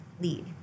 lead